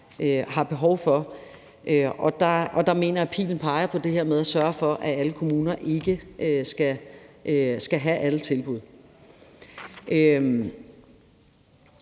har behov for. Og der mener jeg, at pilen peger på det her med at sørge for, at alle kommuner ikke skal skal have alle tilbud.